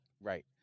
right